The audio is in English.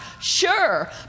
sure